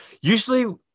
usually